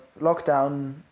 lockdown